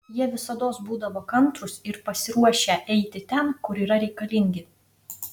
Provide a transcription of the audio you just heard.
jie visados būdavo kantrūs ir pasiruošę eiti ten kur yra reikalingi